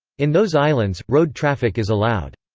in those islands, road traffic is allowed.